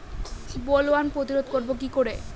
Bollworm প্রতিরোধ করব কি করে?